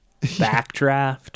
Backdraft